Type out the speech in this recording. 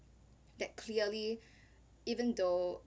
that clearly even though